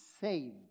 saved